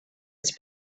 its